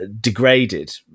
degraded